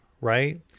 Right